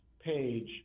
page